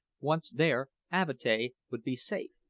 once there, avatea would be safe.